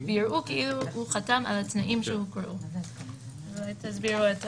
ויראו כאילו הוא חתם על התנאים שהוקראו."; אולי תסבירו?